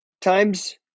Times